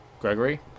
Gregory